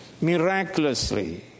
miraculously